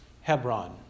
Hebron